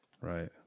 Right